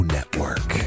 Network